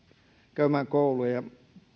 käymään kouluja